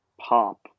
pop